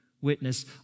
witness